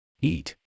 Eat